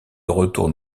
retourne